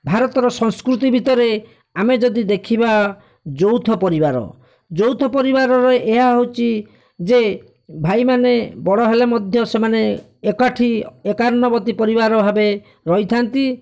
ଭାରତର ସଂସ୍କୃତି ଭିତରେ ଆମେ ଯଦି ଦେଖିବା ଯୌଥ ପରିବାର ଯୌଥ ପରିବାରର ଏହା ହେଉଛି ଯେ ଭାଇମାନେ ବଡ଼ ହେଲେ ମଧ୍ୟ ସେମାନେ ଏକାଠି ଏକାନ୍ନବର୍ତ୍ତୀ ପରିବାର ଭାବେ ରହିଥାନ୍ତି